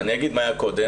אז אני אגיד מה היה קודם.